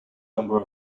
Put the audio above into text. number